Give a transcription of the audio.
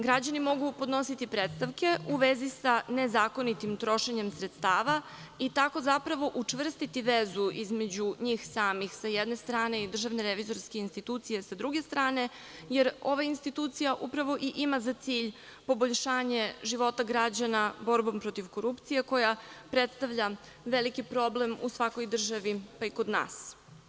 Građani mogu podnositi predstavke u vezi sa nezakonitim trošenjem sredstava i tako zapravo učvrstiti vezu između njih samih sa jedne strane i Državne revizorske institucije sa druge strane, jer ova institucija upravo i ima za cilj poboljšanje života građana borbom protiv korupcije, koja predstavlja veliki problem u svakoj državi, pa i kod nas.